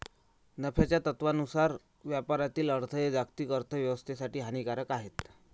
नफ्याच्या तत्त्वानुसार व्यापारातील अडथळे जागतिक अर्थ व्यवस्थेसाठी हानिकारक आहेत